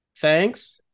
Thanks